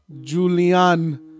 Julian